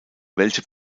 welche